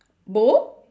bowl